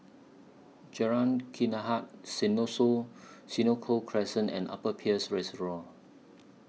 Jalan Hikayat Senoko Crescent and Upper Peirce Reservoir